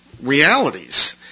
realities